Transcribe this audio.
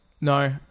No